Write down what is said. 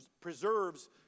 preserves